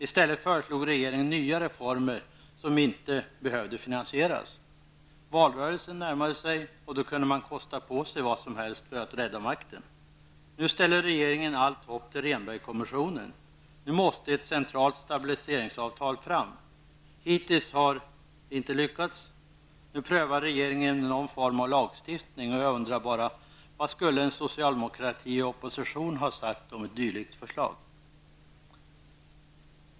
I stället föreslog regeringen nya reformer, som inte behövde finansieras. Valrörelsen närmade sig och då kunde man kosta på sig vad som helst för att rädda makten. Nu ställer regeringen allt hopp till Rehnbergkommissionen. Nu måste ett centralt stabiliseringsavtal fram. Hittills har detta inte lyckats. Nu prövar regeringen med någon form av lagstiftning. Jag undrar bara: Vad skulle en socialdemokrati i opposition ha sagt om ett dylikt förslag?